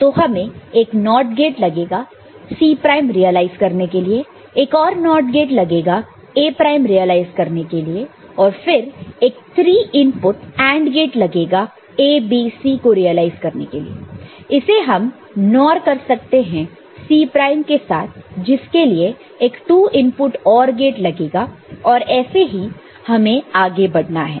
तो हमें एक NOT गेट लगेगा C प्राइम रियललाइज करने के लिए एक और NOT गेट लगेगा A प्राइम रियलाइज करने के लिए और फिर एक 3 इनपुट AND गेट लगेगा ABC को रियलाइज करने के लिए इसे हम OR कर सकते हैं C प्राइम के साथ जिसके लिए एक 2 इनपुट OR गेट लगेगा और ऐसे ही हमें आगे बढ़ना है